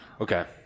Okay